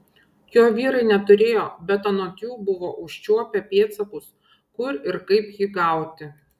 jo vyrai neturėjo bet anot jų buvo užčiuopę pėdsakus kur ir kaip jį gauti